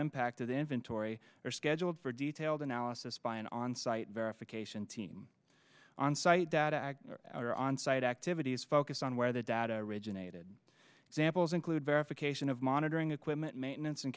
impacted inventory or scheduled for detailed analysis by an on site verification team on site data or on site activities focused on where the data originated examples include verification of monitoring equipment maintenance and